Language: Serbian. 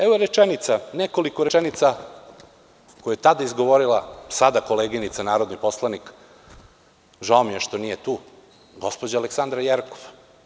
Evo nekoliko rečenica koje je tada izgovorila sada koleginica narodni poslanik, žao mi je što nije tu, gospođa Aleksandra Jerkov.